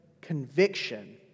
conviction